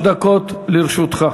שלוש דקות לרשותך.